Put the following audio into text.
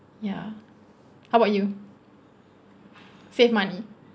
ya how about you save money